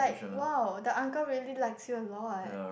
!wow! the uncle really likes you a lot